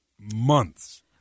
months